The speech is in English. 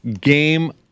game